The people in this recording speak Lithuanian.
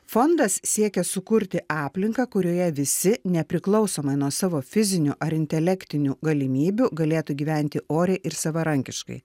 fondas siekia sukurti aplinką kurioje visi nepriklausomai nuo savo fizinių ar intelektinių galimybių galėtų gyventi oriai ir savarankiškai